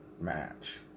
match